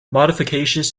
modifications